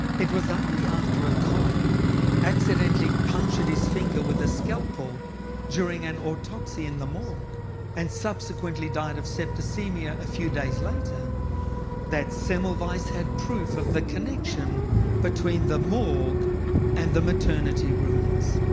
it was only after a colleague accidentally punctured his finger with a scalpel during an autopsy in the morgue and subsequently died of septicemia a few days later that semmelweis had proof of the connection between the morgue and the maternity rooms.